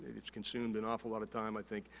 it's consumed an awful lot of time, i think,